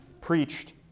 preached